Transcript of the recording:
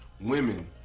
women